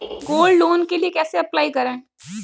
Gold loan के लिए कैसे अप्लाई करें?